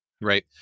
Right